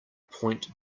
point